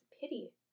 pity